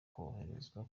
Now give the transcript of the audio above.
koroherezwa